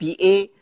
PA